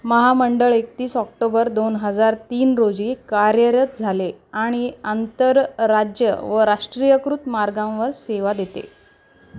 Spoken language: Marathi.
महामंडळ एकतीस ऑक्टोबर दोन हजार तीन रोजी कार्यरत झाले आणि आंतरराज्य व राष्ट्रीयीकृत मार्गांवर सेवा देते